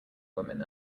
woman